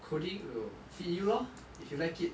coding will feed you lor if you like it